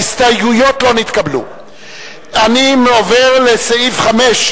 ההסתייגות של קבוצת סיעת קדימה,